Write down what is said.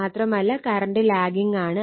മാത്രമല്ല current lagging ആണ്